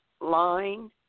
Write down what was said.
line